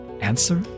answer